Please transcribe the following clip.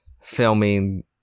filming